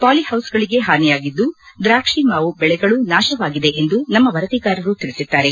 ಪಾಲಿಹೌಸ್ಗಳಿಗೆ ಹಾನಿಯಾಗಿದ್ದು ದ್ರಾಕ್ಷಿ ಮಾವು ಬೆಳೆಗಳೂ ನಾಶವಾಗಿದೆ ಎಂದು ನಮ್ಮ ವರದಿಗಾರರು ತಿಳಿಸಿದ್ದಾರೆ